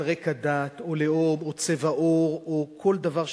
אם על רקע דת או לאום או צבע עור או כל דבר שתרצה,